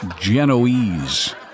Genoese